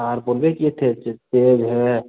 और बोलबे किए थे जो सेब है